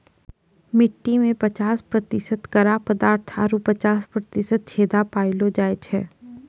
मट्टी में पचास प्रतिशत कड़ा पदार्थ आरु पचास प्रतिशत छेदा पायलो जाय छै